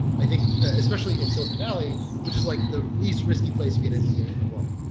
i think especially in silicon valley, which is like the least risky place to be an engineer in the world.